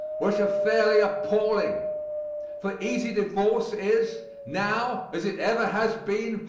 which are fairly appalling for easy divorce is now as it ever has been,